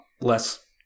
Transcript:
less